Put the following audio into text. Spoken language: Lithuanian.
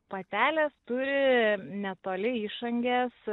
patelės turi netoli išangės